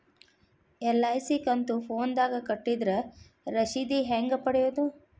LIC ಕಂತು ಫೋನದಾಗ ಕಟ್ಟಿದ್ರ ರಶೇದಿ ಹೆಂಗ್ ಪಡೆಯೋದು?